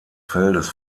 feldes